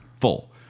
full